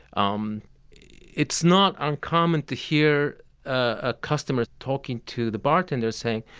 um it's not uncommon to hear a customer talking to the bartender saying,